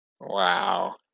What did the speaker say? Wow